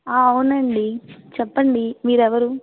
అవునండి చెప్పండి మీరెవరు